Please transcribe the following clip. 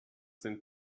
sind